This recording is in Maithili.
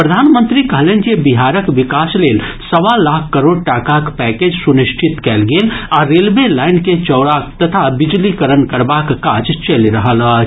प्रधानमंत्री कहलनि जे बिहारक विकास लेल सवा लाख करोड़ टाकाक पैकेज सुनिश्चित कयल गेल आ रेलवे लाइन के चौडी तथा बिजलीकरण करबाक काज चलि रहल अछि